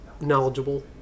knowledgeable